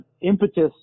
impetus